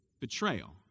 betrayal